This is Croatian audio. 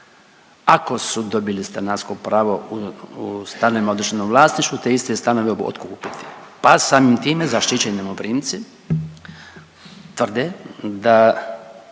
ako su dobili stanarsko pravo u stanovima u državnom vlasništvu te iste stanove otkupiti, pa samim time zaštićeni najmoprimci tvrde da